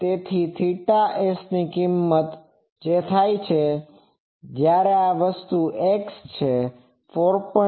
તેથી θs કિંમત જે થાય છે જ્યારે આ વસ્તુ x છે 4